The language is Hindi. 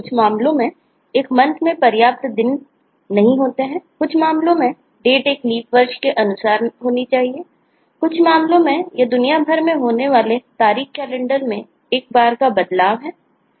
कुछ मामलों में एक Month में पर्याप्त संख्या में दिन नहीं होते हैं कुछ मामलों में Date एक Leap वर्ष के अनुसार होनी चाहिए कुछ मामलों में यह दुनिया भर में होने वाले तारीख कैलेंडर में एक बार का बदलाव है